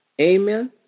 Amen